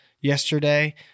yesterday